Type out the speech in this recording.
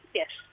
yes